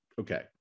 okay